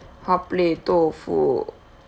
hotplate tofu